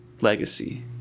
legacy